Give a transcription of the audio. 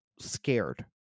scared